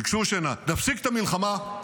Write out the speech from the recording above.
ביקשו שנפסיק את המלחמה: